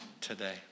today